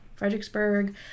Fredericksburg